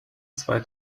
zwei